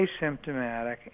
asymptomatic